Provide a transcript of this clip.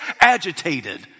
agitated